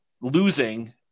losing